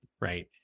right